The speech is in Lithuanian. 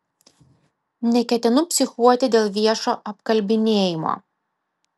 neketinu psichuoti dėl viešo apkalbinėjimo